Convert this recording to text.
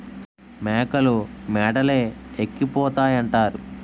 మేకలు మేడలే ఎక్కిపోతాయంతారు